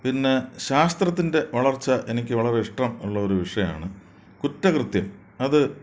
പിന്നെ ശാസ്ത്രത്തിൻ്റെ വളർച്ച എനിക്ക് വളരെ ഇഷ്ടം ഉള്ള ഒരു വിഷയമാണ് കുറ്റകൃത്യം അത്